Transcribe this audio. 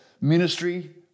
ministry